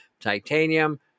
titanium